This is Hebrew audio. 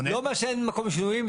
לא שאין מקום לשינויים,